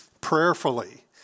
prayerfully